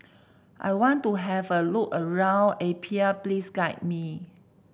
I want to have a look around Apia please guide me